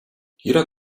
jeder